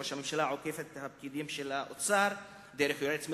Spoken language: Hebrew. ראש הממשלה עוקף את הפקידים של האוצר דרך יועץ מבחוץ,